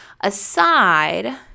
Aside –